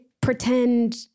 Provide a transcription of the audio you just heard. pretend